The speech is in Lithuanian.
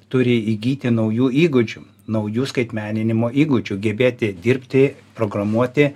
turi įgyti naujų įgūdžių naujų skaitmeninimo įgūdžių gebėti dirbti programuoti